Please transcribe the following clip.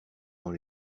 dans